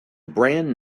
brand